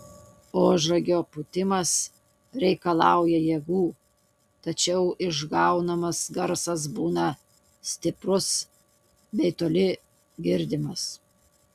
ožragio pūtimas reikalauja jėgų tačiau išgaunamas garsas būna stiprus bei toli girdimas